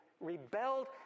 rebelled